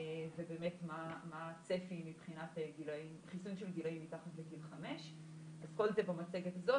ובאמת מה הצפי מבחינת חיסונים של ילדים מתחת לגיל 5. אז כל זה במצגת הזאת